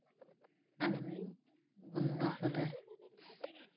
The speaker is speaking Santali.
ᱟᱨᱦᱚᱸᱧ ᱵᱚᱱᱫᱚ ᱠᱟᱫᱟ